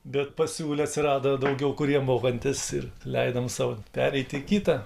bet pasiūlė atsirado daugiau kurie mokantys ir leidom sau pereit į kitą